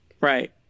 Right